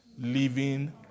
Living